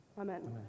Amen